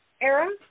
era